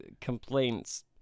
complaints